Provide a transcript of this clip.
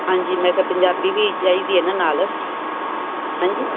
ਹਾਂਜੀ ਮੈਂ ਕਿਹਾ ਪੰਜਾਬੀ ਵੀ ਚਾਹੀਦੀ ਹੈ ਨਾ ਨਾਲ ਹਾਂਜੀ